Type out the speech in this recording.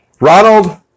Ronald